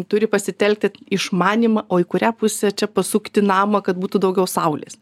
turi pasitelkti išmanymą o į kurią pusę čia pasukti namą kad būtų daugiau saulės